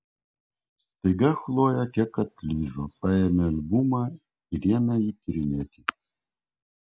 staiga chlojė kiek atlyžo paėmė albumą ir ėmė jį tyrinėti